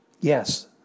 Yes